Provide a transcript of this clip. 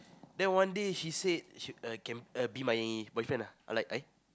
then one day she said she err can err be my boyfriend like I